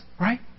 right